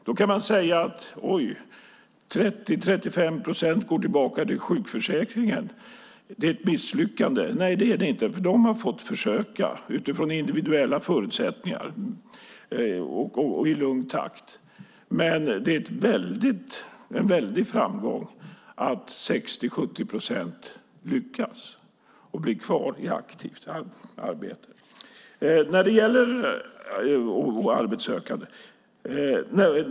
Då kan någon säga: Oj, 30-35 procent går tillbaka till sjukförsäkringen. Detta är ett misslyckande. Nej, så är det inte, för de här personerna har utifrån sina förutsättningar och i lugn takt fått försöka. Det är en stor framgång att 60-70 procent lyckas bli kvar i aktivt arbete och arbetssökande.